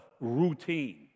routine